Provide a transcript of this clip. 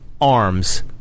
arms